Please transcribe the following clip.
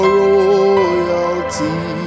royalty